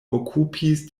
okupis